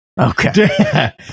Okay